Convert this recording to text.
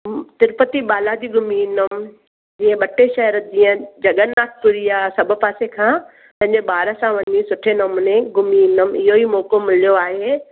तिरुपति बालाजी बि घुमी इंदमि इहे ॿ टे शहर जीअं जगननाथ पुरी आ सभु पासे खां पंहिंजे ॿार सां वञी सुठे नमूने घुमी ईंदमि इहो ई मौको मिलियो आहे